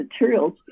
materials